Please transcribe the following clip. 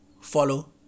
Follow